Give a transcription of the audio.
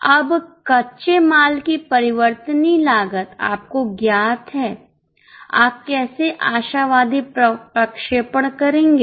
अब कच्चे माल की परिवर्तनीय लागत आपको ज्ञात है आप कैसे आशावादी प्रक्षेपण करेंगे